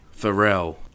Pharrell